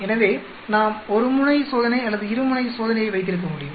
எனவே நாம் 1 முனை சோதனை அல்லது 2 முனை சோதனையை வைத்திருக்க முடியும்